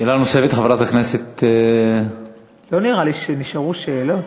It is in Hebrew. שאלה נוספת לחברת הכנסת, לא נראה לי שנשארו שאלות.